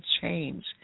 change